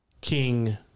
king